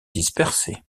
dispersés